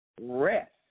rest